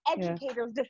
educators